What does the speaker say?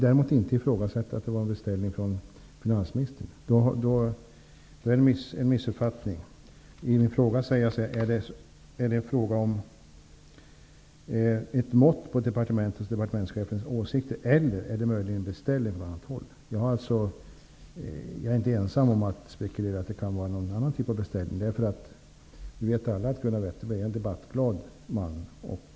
Däremot har jag inte trott att det var en beställning från finansministern. Det är en missuppfattning. I min fråga säger jag så här: Är det ett mått på departementets och departementschefens åsikter eller är det möjligen en beställning från annat håll? Jag är inte ensam om att spekulera över om det kan vara en annan typ av beställning. Vi vet alla att Gunnar Wetterberg är en debattglad man.